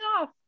off